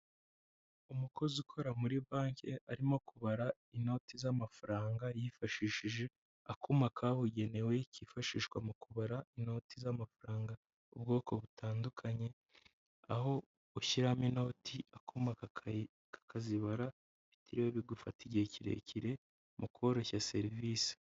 Umukozi ukora muri banki arimo kubara inoti z'amafaranga yifashishije akuma kabugenewe kifashishwa mu kubara inoti z'amafaranga ubwoko butandukanye, aho ushyiramo inoti akuma kakazibara bitiriwe bigufata igihe kirekire mu koroshya serivisi.